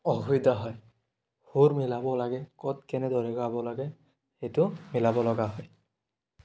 অসুবিধা হয় সুৰ মিলাব লাগে ক'ত কেনেদৰে গাব লাগে সেইটো মিলাব লগা হয়